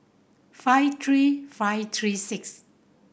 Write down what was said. five three five three six